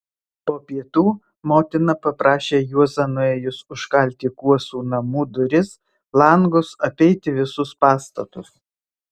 po pietų motina paprašė juozą nuėjus užkalti kuosų namų duris langus apeiti visus pastatus